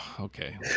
Okay